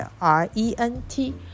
R-E-N-T